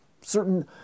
certain